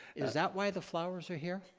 is that why the flowers are here?